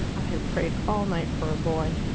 i have prayed all night for a boy.